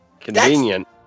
convenient